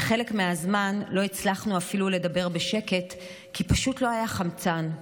וחלק מהזמן לא הצלחנו אפילו לדבר בשקט כי פשוט לא היה חמצן.